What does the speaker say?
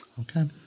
okay